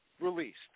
released